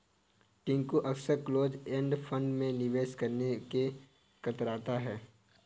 टिंकू अक्सर close end fund में निवेश करने से कतराता है